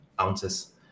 ounces